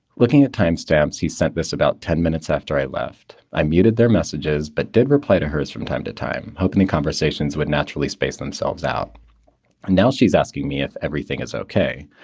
looking at timestamps, he sent this about ten minutes after i left. i muted their messages, but did reply to hers from time to time, opening conversations with naturally spaced themselves out. and now she's asking me if everything is okay.